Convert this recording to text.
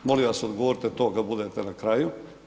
Molim vas odgovorite to kad budete na kraju.